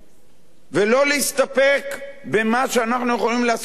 ולא להסתפק במה שאנחנו יכולים לעשות ביחד?